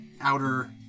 outer